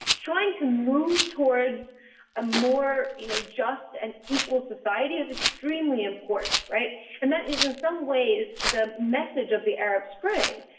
trying to move towards a more you know just and equal society is extremely important. and that is in some ways the message of the arab spring.